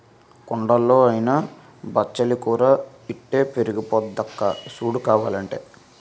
కొండల్లో అయినా బచ్చలి కూర ఇట్టే పెరిగిపోద్దక్కా సూడు కావాలంటే